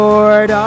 Lord